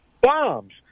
bombs